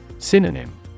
Synonym